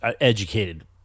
educated